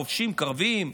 חובשים קרביים,